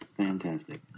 Fantastic